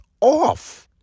off